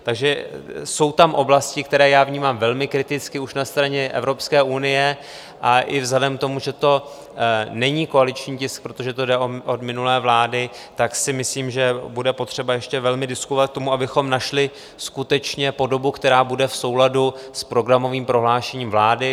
Takže jsou tam oblasti, které já vnímám velmi kriticky, už na straně Evropské unie, a i vzhledem k tomu, že to není koaliční tisk, protože to jde od minulé vlády, tak si myslím, že bude potřeba ještě velmi diskutovat k tomu, abychom našli skutečně podobu, která bude v souladu s programovým prohlášením vlády.